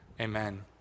Amen